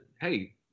hey